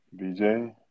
BJ